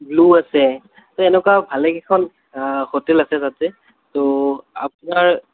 glow আছে ত' এনেকুৱা ভালে কেইখন হোটেল আছে তাতে তৌ আপোনাৰ